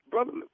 Brother